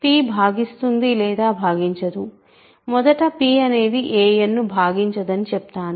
p భాగిస్తుంది లేదా భాగించదు మొదట p అనేది anను భాగించదని చెప్తాను